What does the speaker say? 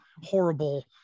horrible